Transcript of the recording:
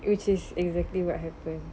which is exactly what happened